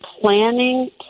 planning